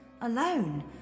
Alone